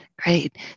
great